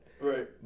Right